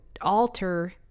alter